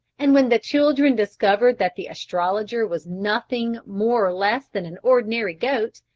and when the children discovered that the astrologer was nothing more or less than an ordinary goat,